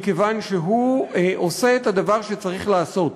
מכיוון שהוא עושה את הדבר שצריך לעשות,